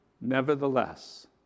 Nevertheless